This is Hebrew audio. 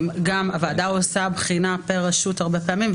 גם הוועדה עושה בחינה פר רשות הרבה פעמים.